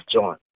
John